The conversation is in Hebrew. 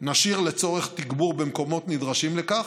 נשאיר לצורך תגבור במקומות נדרשים לכך,